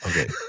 Okay